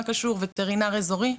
מה קשור וטרינר אזורי,